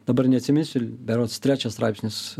dabar neatsiminsiu berods trečias straipsnis